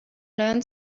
learn